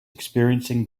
experiencing